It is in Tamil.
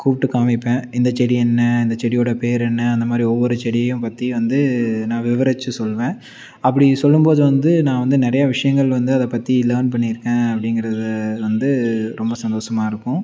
கூப்பிட்டு காமிப்பேன் இந்த செடி என்ன அந்த செடியோடய பெயர் என்ன அந்த மாதிரி ஒவ்வொரு செடியையும் பற்றி வந்து நான் விவரித்து சொல்லுவேன் அப்படி சொல்லும் போது வந்து நான் வந்து நிறையா விஷயங்கள் வந்து அதை பற்றி லேன் பண்ணி இருக்கேன் அப்படிங்கிறதை வந்து ரொம்ப சந்தோஷமாக இருக்கும்